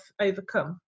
overcome